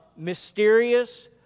mysterious